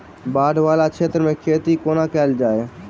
बाढ़ वला क्षेत्र मे खेती कोना कैल जाय?